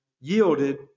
yielded